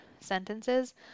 sentences